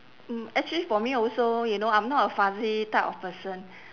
mm actually for me also you know I'm not a fussy type of person